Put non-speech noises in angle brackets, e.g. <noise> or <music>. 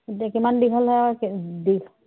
এতিয়া কিমান দীঘল হয় আৰু <unintelligible>